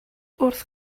wrth